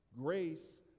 grace